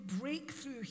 breakthrough